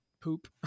poop